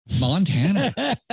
Montana